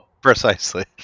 precisely